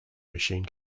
machine